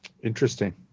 Interesting